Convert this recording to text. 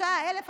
25,000 אנשים,